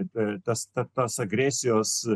apimtas tokios agresijos